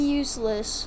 useless